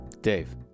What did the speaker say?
Dave